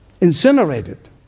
Incinerated